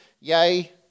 Yay